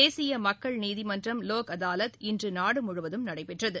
தேசிய மக்கள் நீதிமன்றம் லோக் அதாலத் இன்று நாடுமுழுவதும் நடைபெற்றது